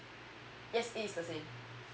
yes it is the same